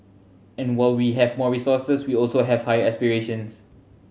and while we have more resources we also have higher aspirations